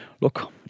look